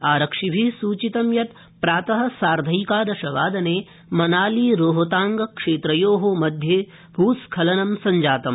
आरक्षिभि सूचितं यत् प्रातः सार्धैकादशवादने मनाली रोहतांगक्षेत्रयो मध्ये भ्र्स्खलनम् सञ्जातम्